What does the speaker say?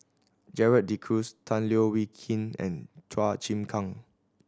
Gerald De Cruz Tan Leo Wee Hin and Chua Chim Kang